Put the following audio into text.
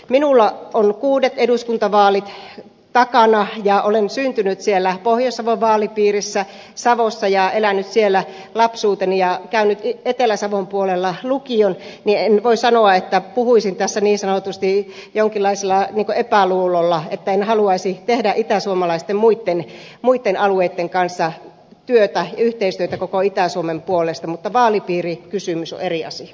minulla on kuudet eduskuntavaalit takana ja olen syntynyt pohjois savon vaalipiirissä savossa ja elänyt siellä lapsuuteni ja käynyt etelä savon puolella lukion joten en voi sanoa että puhuisin tässä niin sanotusti jonkinlaisella epäluulolla etten haluaisi tehdä muitten itäsuomalaisten alueitten kanssa yhteistyötä koko itä suomen puolesta mutta vaalipiirikysymys on eri asia